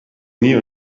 nie